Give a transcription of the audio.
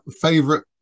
favorite